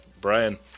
Brian